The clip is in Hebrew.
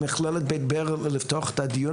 ממכללת בית ברל לפתוח את הדיון,